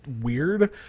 weird